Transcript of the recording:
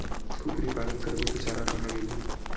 कुकरी पालन करबो त चारा कहां मिलही?